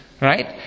right